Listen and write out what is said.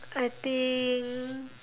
I think